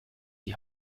die